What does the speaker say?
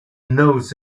knows